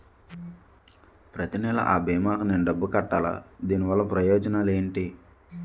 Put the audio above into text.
ప్రతినెల అ భీమా కి నేను డబ్బు కట్టాలా? దీనివల్ల ప్రయోజనాలు ఎంటి?